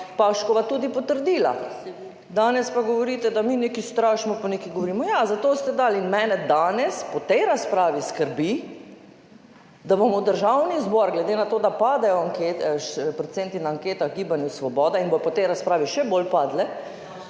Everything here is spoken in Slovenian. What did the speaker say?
Pašek tudi potrdila, danes pa govorite, da mi nekaj strašimo in nekaj govorimo. Ja, zato ste dali. Mene danes po tej razpravi skrbi, da bomo v Državni zbor, glede na to, da procenti Gibanja Svoboda na anketah padajo in bodo po tej razpravi še bolj padli,